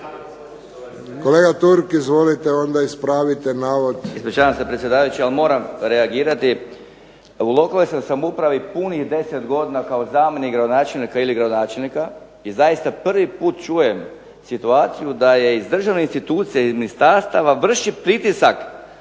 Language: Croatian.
Kolega Turk, izvolite onda, ispravite navod.